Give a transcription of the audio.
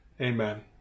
amen